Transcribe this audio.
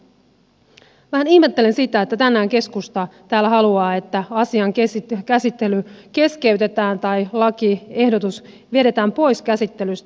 vähän ihmettelen sitä että tänään keskusta täällä haluaa että asian käsittely keskeytetään tai lakiehdotus vedetään pois käsittelystä